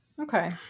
Okay